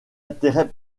intérêt